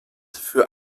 für